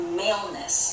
maleness